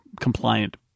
compliant